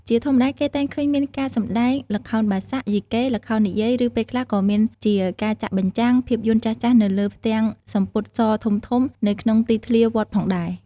ជាធម្មតាគេតែងឃើញមានការសម្តែង ល្ខោនបាសាក់ យីកេ ល្ខោននិយាយ ឬពេលខ្លះក៏មានជាការចាក់បញ្ចាំង ភាពយន្តចាស់ៗនៅលើផ្ទាំងសំពត់សធំៗនៅក្នុងទីធ្លាវត្តផងដែរ។